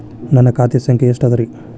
ನನ್ನ ಖಾತೆ ಸಂಖ್ಯೆ ಎಷ್ಟ ಅದರಿ?